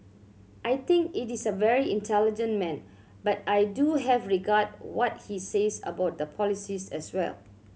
I think it is a very intelligent man but I do have regard what he says about the polices as well